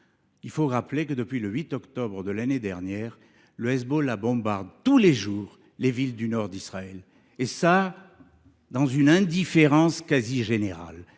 le monde… – que, depuis le 8 octobre de l’année dernière, le Hezbollah bombarde tous les jours les villes du nord d’Israël, et cela dans une indifférence quasi générale.